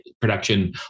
production